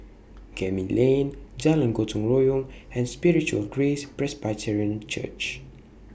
Gemmill Lane Jalan Gotong Royong and Spiritual Grace Presbyterian Church